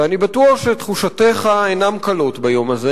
ואני בטוח שתחושותיך אינן קלות ביום הזה,